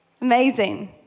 Amazing